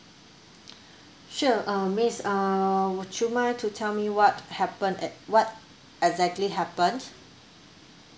sure uh miss uh would you mind to tell me what happened at what exactly happened